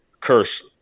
curse